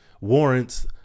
warrants